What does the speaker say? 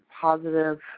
positive